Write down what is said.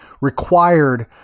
required